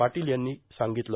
पाटील यांनी सांगितलं